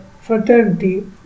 fraternity